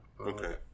Okay